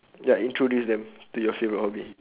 ya introduce them to your favourite hobby